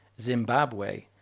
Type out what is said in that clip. Zimbabwe